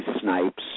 Snipes